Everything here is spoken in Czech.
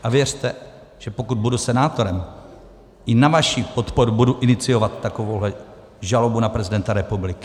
A věřte, že pokud budu senátorem, i na vaši podporu budu iniciovat takovouhle žalobu na prezidenta republiky.